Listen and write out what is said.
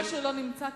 חבל שהוא לא נמצא כאן.